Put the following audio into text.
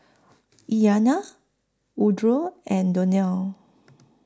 Iliana Woodroe and Donell